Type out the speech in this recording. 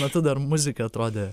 metu dar muzika atrodė